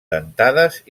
dentades